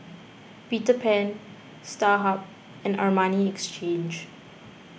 Peter Pan Starhub and Armani Exchange